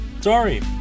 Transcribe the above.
sorry